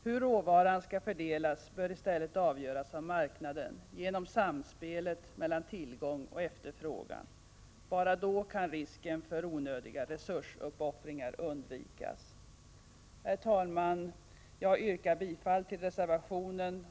Hur råvaran skall fördelas bör i stället avgöras av marknaden genom samspelet mellan tillgång och efterfrågan. Bara då kan risken för onödiga resursuppoffringar undvikas. Herr talman! Jag yrkar bifall till reservationen.